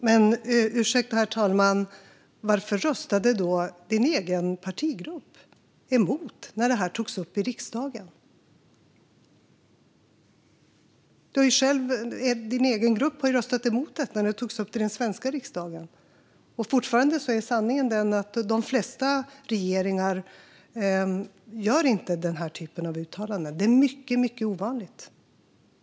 Herr talman! Ursäkta, Lars Adaktusson, men varför röstade då din egen partigrupp emot när det togs upp i riksdagen? Din egen grupp röstade emot när det togs upp i den svenska riksdagen. Sanningen är fortfarande att de flesta regeringar inte gör den här typen av uttalande. Det är mycket ovanligt.